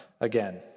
again